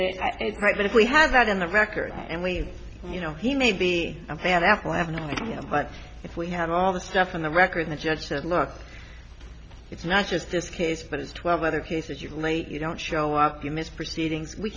private if we have that in the record and leave you know he may be a bad apple i have no idea but if we had all the stuff in the record the judge said look it's not just this case but it's twelve other cases you're late you don't show up you miss proceedings we